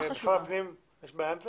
משרד הפנים, יש בעיה עם זה?